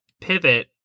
pivot